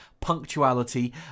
punctuality